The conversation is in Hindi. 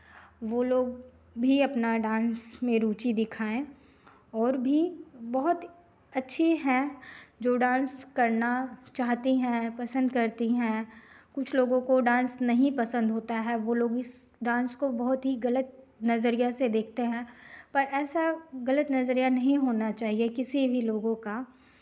वो लोग भी अपना डांस में रुचि दिखाएं और भी बहुत अच्छी हैं जो डांस करना चाहती हैं पसंद करती हैं कुछ लोगों को डांस नहीं पसंद होता है वो लोग भी डांस को बहुत ही गलत नज़रिया से देखते हैं पर ऐसा गलत नज़रिया नहीं होना चाहिए किसी भी लोगों का